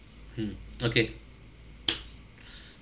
hmm okay